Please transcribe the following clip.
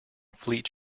fleet